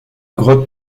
grotte